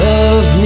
Love